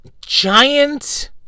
giant